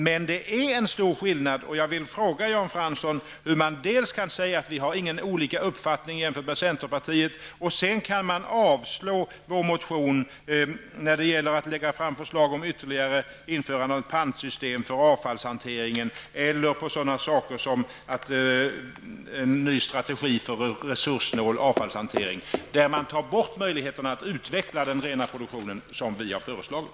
Men det finns en stor skillnad, och jag vill fråga Jan Fransson hur man kan säga att vi inte har någon olika uppfattning jämfört med centerpartiet, och sedan avslå vår motion när det gäller att lägga fram förslag om ytterligare införande av ett pantsystem för avfallshantering eller när det gäller en ny strategi för en resurssnål avfallshantering. Där tar man bort möjligheterna att utveckla den rena produktionen som vi har föreslagit.